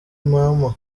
mama